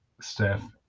staff